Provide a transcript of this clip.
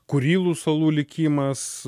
kurilų salų likimas